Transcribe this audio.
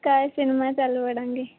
ਕੱਲ੍ਹ ਸਿਨੇਮਾ ਚੱਲ ਵੜਾਂਗੇ